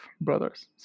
brothers